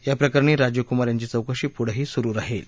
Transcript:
याप्रकरणी राजीव कुमार यांची चौकशी पुढेही सुरु राहील